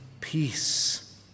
peace